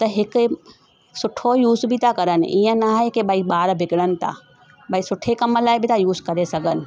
त हिकु सुठो यूज बि था करण ईअं न आहे की भाई ॿार बिगड़न था भाई सुठे कम लाइ बि था यूज़ करे सघनि